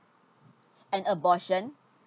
an abortion